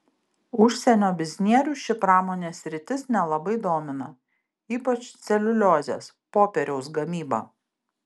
užsienio biznierių ši pramonės sritis nelabai domina ypač celiuliozės popieriaus gamyba